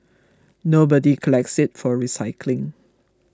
nobody collects it for recycling